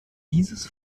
dieses